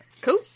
Cool